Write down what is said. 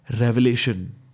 revelation